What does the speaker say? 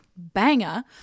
banger